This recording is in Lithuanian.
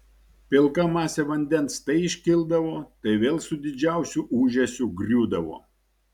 pilka masė vandens tai iškildavo tai vėl su didžiausiu ūžesiu griūdavo